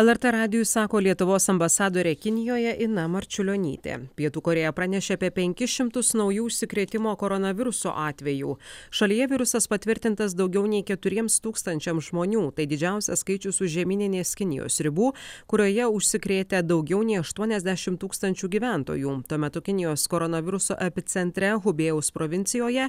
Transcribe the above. lrt radijui sako lietuvos ambasadorė kinijoje ina marčiulionytė pietų korėja pranešė apie penkis šimtus naujų užsikrėtimo koronavirusu atvejų šalyje virusas patvirtintas daugiau nei keturiems tūkstančiams žmonių tai didžiausias skaičius už žemyninės kinijos ribų kurioje užsikrėtę daugiau nei aštuoniasdešim tūkstančių gyventojų tuo metu kinijos koronaviruso epicentre hubėjaus provincijoje